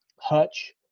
Hutch